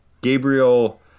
Gabriel